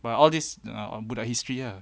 but all this uh all budak history ah